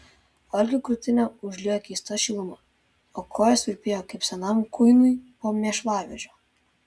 algio krūtinę užliejo keista šiluma o kojos virpėjo kaip senam kuinui po mėšlavežio